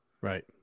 Right